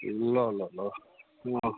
ल ल ल ल